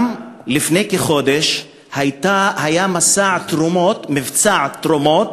לפני כחודש היה גם מבצע תרומות,